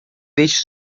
deixe